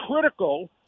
critical